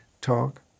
talk